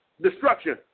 destruction